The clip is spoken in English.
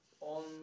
on